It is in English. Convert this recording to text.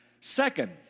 Second